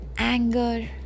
anger